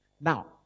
Now